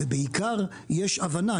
ובעיקר יש הבנה.